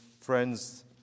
friends